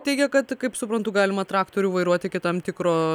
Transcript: teigia kad kaip suprantu galima traktorių vairuoti iki tam tikro